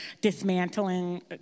dismantling